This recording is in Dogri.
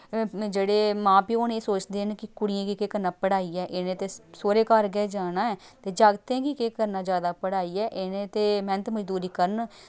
जेह्ड़े मां प्यो न एह् सोचदे न कि कुड़ियें गी केह् करना पढ़ाइयै इ'नै ते सौह्रे घर गै जाना ऐ ते जागतें कि केह् करना जैदा पढ़ाइयै इ'नें ते मैह्नत मजदूरी करन